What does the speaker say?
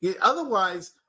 Otherwise